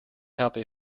habe